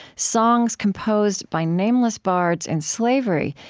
songs composed by nameless bards in slavery,